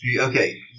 Okay